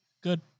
Good